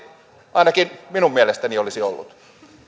ainakin minun mielestäni olisi ollut